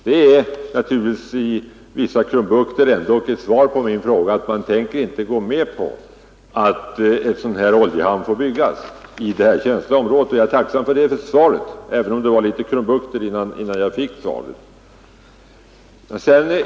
Det är naturligtvis med vissa krumbukter ändå ett svar på min fråga — att man inte tänker gå med på att en sådan här oljehamn får byggas i det känsliga område det gäller. Jag är emellertid tacksam över att jag trots krumbukterna fick ett svar.